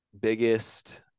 biggest